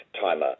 timer